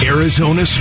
Arizona